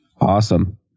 Awesome